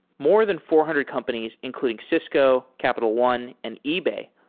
more than four hundred companies, including cisco, capital one, and ebay,